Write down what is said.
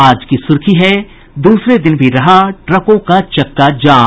आज की सुर्खी है दूसरे दिन भी रहा ट्रकों का चक्का जाम